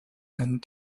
and